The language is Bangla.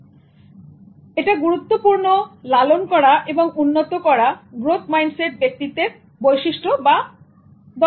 সুতরাং এটা গুরুত্বপূর্ণ লালন করা এবং উন্নত করা গ্রোথ মাইন্ডসেট ব্যক্তিত্বের বৈশিষ্ট্য বা দক্ষতা গুলোকে